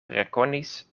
rekonis